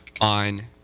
On